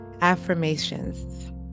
affirmations